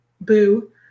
Boo